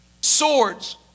swords